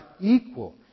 equal